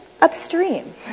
upstream